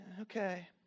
Okay